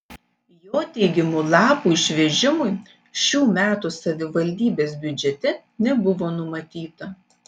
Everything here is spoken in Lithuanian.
jo teigimu lapų išvežimui šių metų savivaldybės biudžete nebuvo numatyta